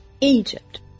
Egypt